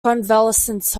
convalescence